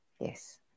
Yes